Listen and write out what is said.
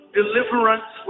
deliverance